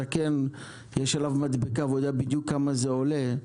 ויש זקן שיודע בדיוק כמה זה עולה,